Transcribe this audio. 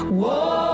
whoa